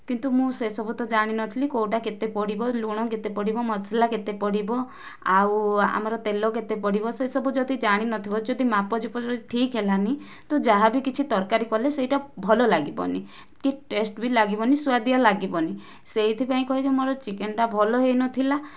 କିନ୍ତୁ ମୁଁ ସେ ସବୁ ତ ଜାଣିନଥିଲି କେଉଁଟା କେତେ କଣ ପଡ଼ିବ ଲୁଣ କେତେ ପଡ଼ିବ ମସଲା କେତେ ପଡ଼ିବ ଆଉ ଆମର ତେଲ କେତେ ପଡ଼ିବ ସେ ସବୁ ଯଦି ଜାଣିନଥିବ ଯଦି ମାପଚୁପ ଠିକ ହେଲାନି ତ ଯାହାବି କିଛି ତରକାରୀ କଲେ ସେଟା ଭଲ ଲାଗିବନି କି ଟେଷ୍ଟ ବି ଲାଗିବନି କି ସୁଆଦିଆ ବି ଲାଗିବନି ସେହିଥିପାଇଁ କି ମୋର ଚିକେନଟା ଭଲ ହୋଇନଥିଲା